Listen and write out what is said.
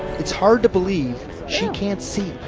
it's hard to believe she can't see.